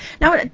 Now